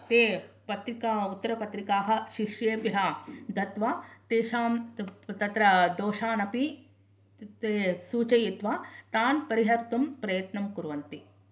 ते पत्रिका उत्तरपत्रिकाः शिष्येभ्यः दत्वा तेषां तत्र दोषान् अपि ते सूचयित्वा तान् परिहर्तुं प्रयत्नं कुर्वन्ति